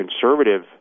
conservative